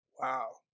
Wow